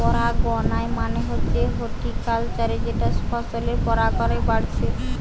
পরাগায়ন মানে হচ্ছে হর্টিকালচারে যেটা ফসলের পরাগায়ন বাড়াচ্ছে